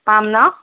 পাম ন